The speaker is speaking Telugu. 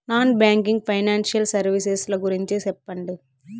నాన్ బ్యాంకింగ్ ఫైనాన్సియల్ సర్వీసెస్ ల గురించి సెప్పండి?